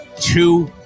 Two